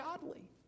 godly